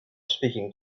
speaking